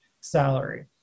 salary